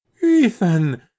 Ethan